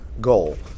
goal